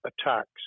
attacks